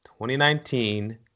2019